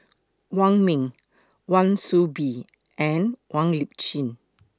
Wong Ming Wan Soon Bee and Wong Lip Chin